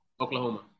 Oklahoma